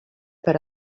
per